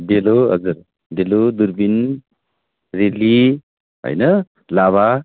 डेलो हजुर डेलो दुर्पीन रेली होइन लाभा